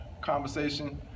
conversation